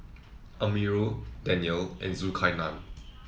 Amirul Daniel and Zulkarnain